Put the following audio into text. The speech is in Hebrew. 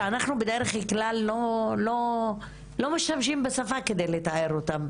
כשאנחנו בדרך כלל לא משתמשים בשפה כדי לתאר אותם,